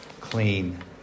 clean